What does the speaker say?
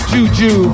Juju